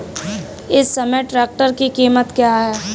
इस समय ट्रैक्टर की कीमत क्या है?